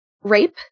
rape